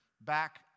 back